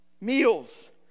Meals